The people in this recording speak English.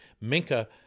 Minka